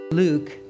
Luke